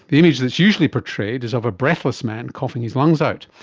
the image that's usually portrayed is of a breathless man coughing his lungs out.